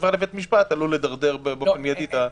החברה לבית המשפט עלול לדרדר באופן מיידי את החברה.